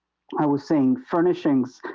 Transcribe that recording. i was saying furnishings,